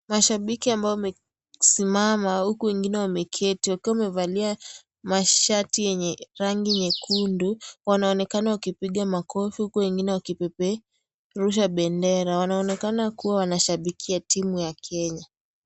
Mashabiki ambao wamesimama huku wengine wameketi wakiwa wamevalia mashati yenye rangi nyekundu wanaonekana wakipiga makofi wengine wakipeperusha bendera. Wanaonekana kuwa wanashabikia timu ya Kenya.